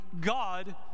God